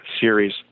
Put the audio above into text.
series